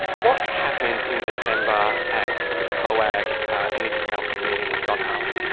what happened in december at the coag energy council meeting with don harwin?